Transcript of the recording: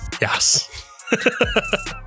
Yes